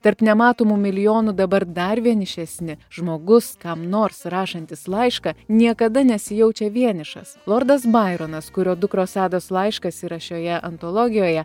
tarp nematomų milijonų dabar dar vienišesni žmogus kam nors rašantis laišką niekada nesijaučia vienišas lordas baironas kurio dukros ados laiškas yra šioje antologijoje